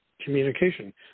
communication